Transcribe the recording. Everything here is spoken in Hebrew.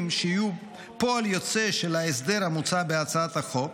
שיהיו פועל יוצא של ההסדר המוצע בהצעת החוק,